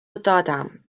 دادم